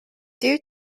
due